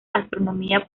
astronomía